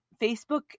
facebook